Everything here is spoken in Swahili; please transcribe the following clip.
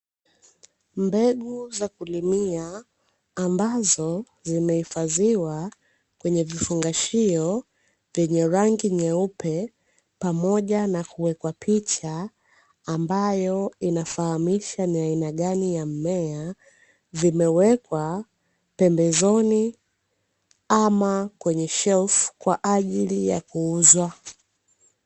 Mbegu za kulimia ambazo zimehifadhiwa kwenye vifungashio, vyenye rangi nyeupe pamoja na kuwekwa picha ambayo inafahamisha ni aina gani ya mmea. Vimewekwa pembezoni ama kwenye shelfu kwa ajili ya kuuzwa.